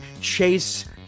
Chase